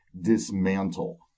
dismantle